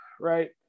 right